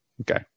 Okay